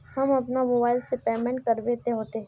हम अपना मोबाईल से पेमेंट करबे ते होते?